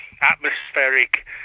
atmospheric